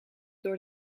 door